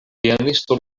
pianisto